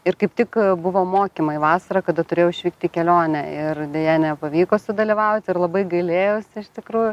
ir kaip tik buvo mokymai vasarą kada turėjau išvykt į kelionę ir deja nepavyko sudalyvaut ir labai gailėjaus iš tikrųjų